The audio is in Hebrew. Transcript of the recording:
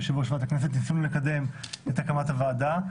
ועדת הכנסת ניסינו לקדם את הקמת הוועדה.